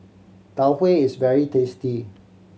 Tau Huay is very tasty